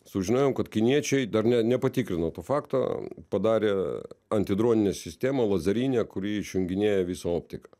sužinojom kad kiniečiai dar ne nepatikrino to fakto padarė antidroninę sistemą lazerinę kuri išjunginėja visą optiką